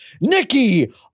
Nikki